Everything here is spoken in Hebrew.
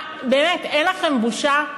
מה, באמת אין לכם בושה?